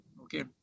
Okay